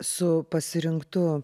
su pasirinktu